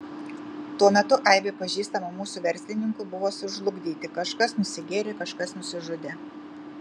tuo metu aibė pažįstamų mūsų verslininkų buvo sužlugdyti kažkas nusigėrė kažkas nusižudė